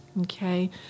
Okay